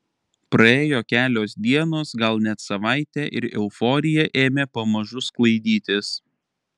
praėjo kelios dienos gal net savaitė ir euforija ėmė pamažu sklaidytis